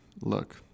look